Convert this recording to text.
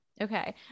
Okay